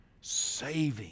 saving